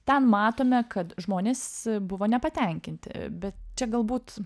ten matome kad žmonės buvo nepatenkinti bet čia galbūt